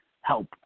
help